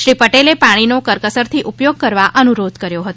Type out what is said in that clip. શ્રી પટેલે પાણીનો કરકસરથી ઉપયોગ કરવા અનુરોધ કર્યો હતો